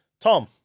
Tom